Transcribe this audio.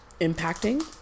impacting